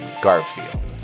Garfield